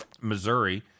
missouri